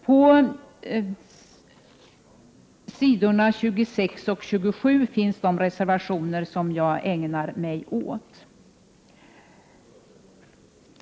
På s. 26 och 27 finns de reservationer som jag ägnar mig åt.